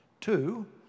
Two